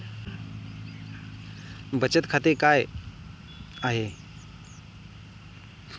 बचत खाते काय आहे?